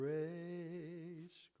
Grace